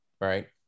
right